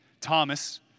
Thomas